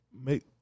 make